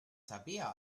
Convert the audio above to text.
tabea